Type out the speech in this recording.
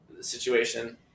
situation